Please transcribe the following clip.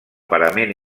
parament